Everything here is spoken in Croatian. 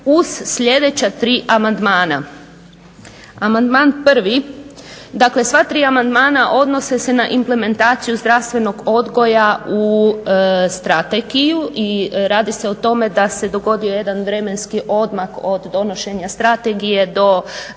uz sljedeća tri amandmana. Dakle sva tri amandmana odnose se na implementaciju zdravstvenog odgoja u strategiju i radi se o tome da se dogodio jedan vremenski odmak od donošenja strategije do